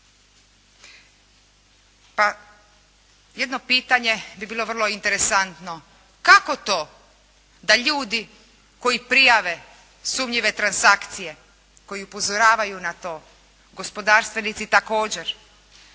Pa, jedno pitanje bi bilo vrlo interesantno. Kako to da ljudi koji prijave sumnjive transakcije, koji upozoravaju na to, gospodarstvenici također,